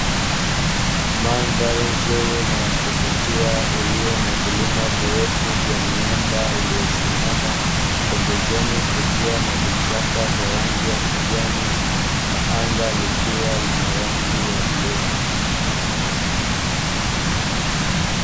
Mandhari nzuri na ya kuvutia iliyo na vilima virefu vya miamba iliyo simama, pembezoni kukiwa na vichaka vya rangi ya kijani na anga likiwa na rangi ya bluu.